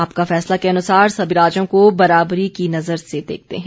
आपका फैसला के अनुसार सभी राज्यों को बराबरी की नज़र से देखते हैं